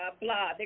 blah